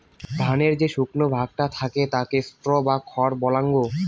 ধানের যে শুকনো ভাগটা থাকে তাকে স্ট্র বা খড় বলাঙ্গ